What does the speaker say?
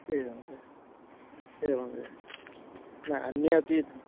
एवम् एवम् एवम् एवं न अन्ये अपि